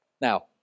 Now